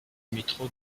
métro